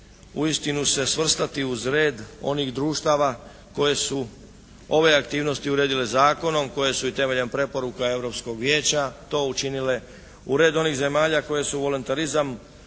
uistinu se svrstati uz red onih društava koji su ove aktivnosti uredile zakonom, koje su i temeljem preporuke europskog vijeća to učinile, u red onih zemalja koje su volonterizam predstavile